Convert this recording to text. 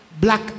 Black